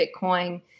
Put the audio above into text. bitcoin